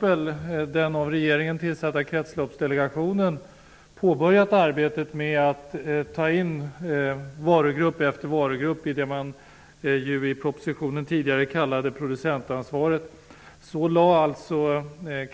Den av regeringen tillsatta Kretsloppsdelegationen har t.ex. påbörjat arbetet med att ta in varugrupp efter varugrupp i det som i propositionen tidigare kallades producentansvaret.